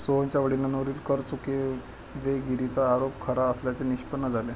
सोहनच्या वडिलांवरील कर चुकवेगिरीचा आरोप खरा असल्याचे निष्पन्न झाले